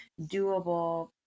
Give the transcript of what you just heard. doable